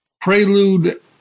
Prelude